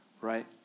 right